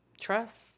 Trust